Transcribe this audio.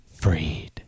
Freed